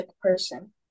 person